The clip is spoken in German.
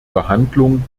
behandlung